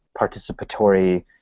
participatory